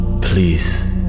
please